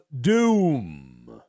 doom